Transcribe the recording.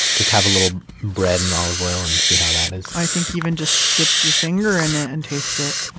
just have a little bread and olive oil and see how that is? i think even just dip your finger in it and taste it,